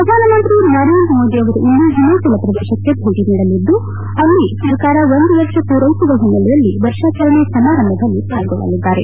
ಪ್ರಧಾನಮಂತ್ರಿ ನರೇಂದ್ರಮೋದಿ ಅವರು ಇಂದು ಹಿಮಾಚಲ ಪ್ರದೇಶಕ್ಕೆ ಭೇಟಿ ನೀಡಲಿದ್ದು ಅಲ್ಲಿ ಸರ್ಕಾರ ಒಂದು ವರ್ಷ ಮೂರೈಸಿದ ಓನ್ನೆಲೆಯಲ್ಲಿ ವರ್ಷಾಚರಣೆ ಸಮಾರಂಭದಲ್ಲಿ ಪಾಲ್ಗೊಳ್ಳಲಿದ್ದಾರೆ